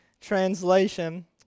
translation